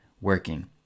working